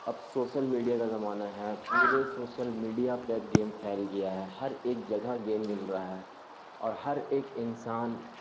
اب social media کا زمانہ ہے پورے سوسل میڈیا پب گیم پھیل گیا ہے ہر ایک جگہ گیم مل رہا ہے اور ہر ایک انسان